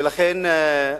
ולכן,